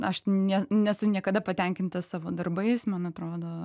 aš ne nesu niekada patenkinta savo darbais man atrodo